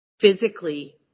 physically